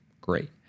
Great